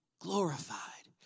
Glorified